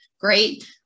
great